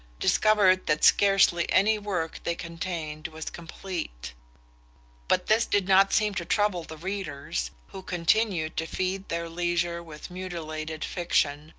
discovered that scarcely any work they contained was complete but this did not seem to trouble the readers, who continued to feed their leisure with mutilated fiction,